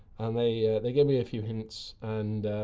and they they gave me a few hints and